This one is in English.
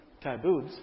taboos